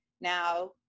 now